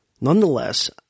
nonetheless